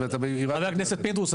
--- חבר הכנסת פינדרוס,